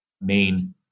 main